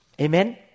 Amen